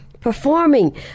performing